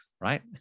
right